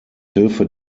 hilfe